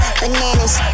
bananas